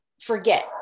forget